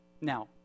Now